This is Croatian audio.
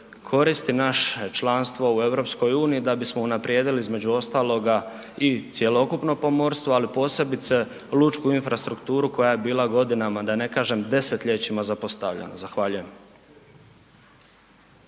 koristi naše članstvo u EU da bismo unaprijedili između ostaloga i cjelokupno pomorstvo, ali posebice lučku infrastrukturu koja je bila godinama, da ne kažem desetljećima, zapostavljana. Zahvaljujem.